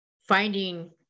finding